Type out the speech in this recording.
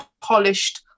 polished